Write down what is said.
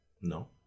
No